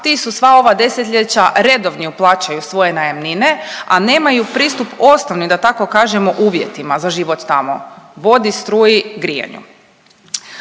ti su sva ova 10-ljeća redovni jer plaćaju svoje najamne, a nemaju pristup osnovnim da tako kažemo uvjetima za život tamo, vodi, struji, grijanju.